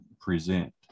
present